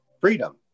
freedom